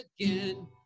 again